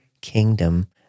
kingdom